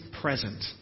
present